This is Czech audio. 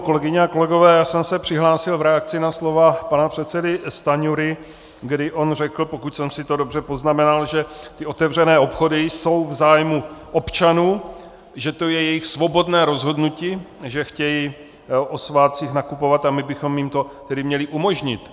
Kolegyně a kolegové, já jsem se přihlásil v reakci na slova pana předsedy Stanjury, kdy on řekl, pokud jsem si to dobře poznamenal, že ty otevřené obchody jsou v zájmu občanů, že to je jejich svobodné rozhodnutí, že chtějí o svátcích nakupovat, a my bychom jim to tedy měli umožnit.